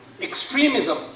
extremism